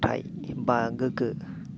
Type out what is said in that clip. थाइ बा गोग्गो